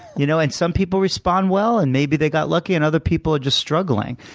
you know and some people respond well, and maybe they got lucky, and other people are just struggling.